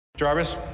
Jarvis